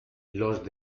los